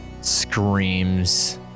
screams